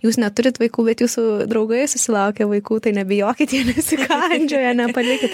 jūs neturit vaikų bet jūsų draugai susilaukė vaikų tai nebijokit jie nesikandžioja nepalikit